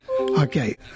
Okay